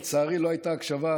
לצערי לא הייתה הקשבה,